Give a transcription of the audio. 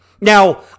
Now